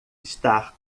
estar